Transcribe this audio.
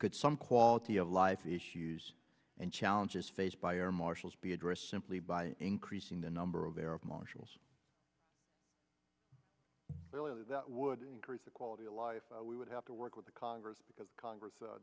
could some quality of life issues and challenges faced by air marshals be addressed simply by increasing the number of arab marshals really that would increase the quality of life we would have to work with the congress because congress